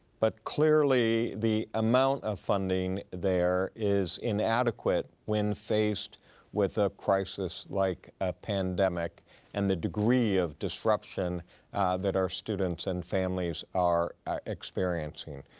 but clearly the amount of funding there is inadequate when faced with a crisis like a pandemic and the degree of disruption that our students and families are experiencing.